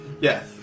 Yes